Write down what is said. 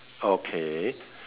okay